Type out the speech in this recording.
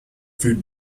food